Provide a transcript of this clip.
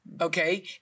okay